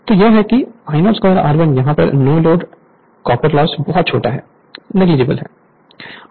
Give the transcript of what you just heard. तो यह है कि I02 R1 यहां पर नो लोड कॉपर लॉस बहुत छोटा है नेगलिजिबल है